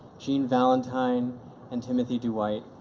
jean valentine and timothy duwhite.